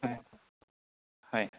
হয় হয়